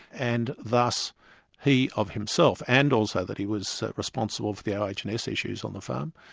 and thus he of himself, and also that he was responsible for the ah oh ah and s issues on the farm,